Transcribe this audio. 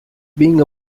being